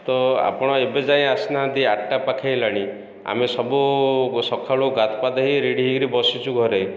ତ ଆପଣ ଏବେ ଯାଇ ଆସିନାହାନ୍ତି ଆଠଟା ପାଖେଇଲାଣି ଆମେ ସବୁ ସକାଳୁ ଗାଧୁଆ ପାଧୁଆ ହେଇ ରେଡ଼ି ହେଇକରି ବସିଛୁ ଘରେ